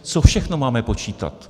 Co všechno máme počítat?